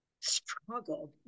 struggled